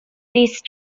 these